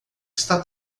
está